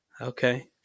okay